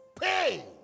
pay